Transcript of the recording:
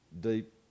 deep